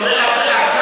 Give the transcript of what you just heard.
חבר הכנסת מגלי והבה.